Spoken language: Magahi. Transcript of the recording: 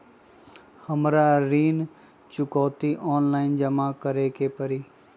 हमरा ऋण चुकौती ऑनलाइन जमा करे के परी?